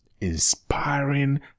inspiring